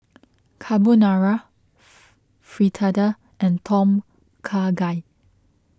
Carbonara Fritada and Tom Kha Gai